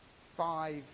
five